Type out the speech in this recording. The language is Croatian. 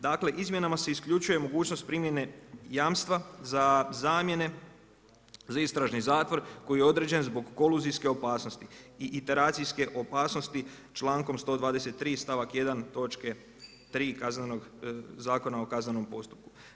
Dakle izmjenama se isključuje mogućnost primjene jamstva za zamjene za istražni zatvor koji je određen zbog koluzijske opasnosti i iteracijske opasnosti člankom 123. stavak 1. točke 3. Zakona o kaznenom postupku.